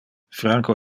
franco